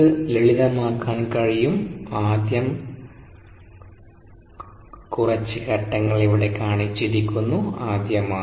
ഇത് ലളിതമാക്കാൻ കഴിയും ആദ്യ കുറച്ച് ഘട്ടങ്ങൾ ഇവിടെ കാണിച്ചിരിക്കുന്നു ആദ്യമായി